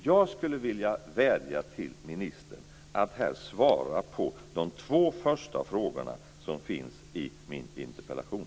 Jag skulle vilja vädja till ministern om att här svara på de två första frågorna som finns i min interpellation.